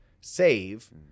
save